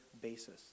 basis